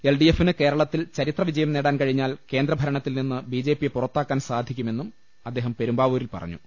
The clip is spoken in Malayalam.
എൽ ഡി എഫിന് കേരളത്തിൽ ചരിത്രവിജയം നേടാൻ കഴിഞ്ഞാൽ കേന്ദ്രഭരണത്തിൽ നിന്ന് ബി ജെ പിയെ പുറത്താക്കാൻ സാധിക്കുമെന്നും അദ്ദേഹം പെരുമ്പാവൂരിൽ പറഞ്ഞു